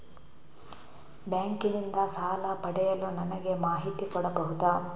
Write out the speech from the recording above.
Bank ನಿಂದ ಸಾಲ ಪಡೆಯಲು ನನಗೆ ಮಾಹಿತಿ ಕೊಡಬಹುದ?